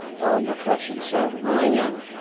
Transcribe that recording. all your questions. so bring them,